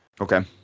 Okay